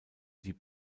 die